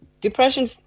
depression